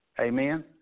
Amen